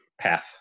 path